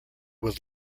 was